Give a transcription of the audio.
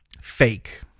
fake